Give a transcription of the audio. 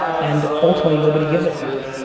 and ultimately, nobody gives a crap.